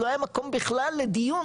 לא היה מקום בכלל לדיון,